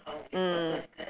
mm mm